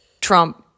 Trump